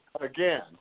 again